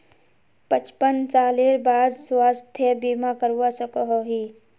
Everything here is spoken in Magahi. पचपन सालेर बाद स्वास्थ्य बीमा करवा सकोहो ही?